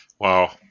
wow